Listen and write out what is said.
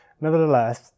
Nevertheless